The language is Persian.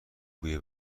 بوی